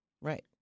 Right